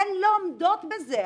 הן לא עומדות בזה.